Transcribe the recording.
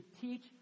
teach